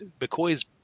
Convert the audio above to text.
McCoy's